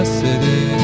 city